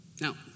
Now